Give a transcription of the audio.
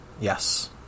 Yes